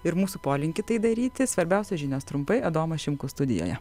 ir mūsų polinkį tai daryti svarbiausia žinios trumpai adomas šimkus studijoje